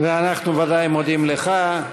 ואנחנו ודאי מודים לך.